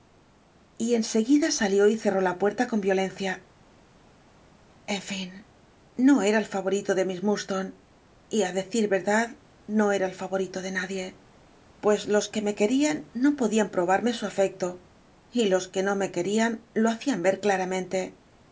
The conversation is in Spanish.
y en seguida salió y cerró la puerta con yiolencia en fin no era el l'a'ol'ilo ele miss murdslone yerdad no era el fa'orito de nadie pues los que me qucrian no podian probarme su afecto y los que no me querían lo hacian e